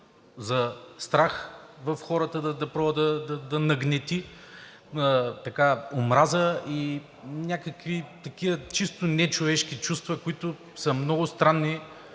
за страх в хората, да нагнети омраза, някакви такива чисто нечовешки чувства, които са много странни